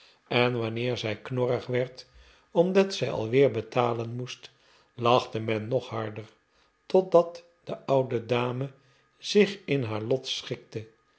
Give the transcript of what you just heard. en wanneer zij knorrig werd omdat zij alweer betalen moest lachte men nog harder totdat de oude dame zich in haar lot schikte